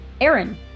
Aaron